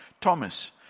Thomas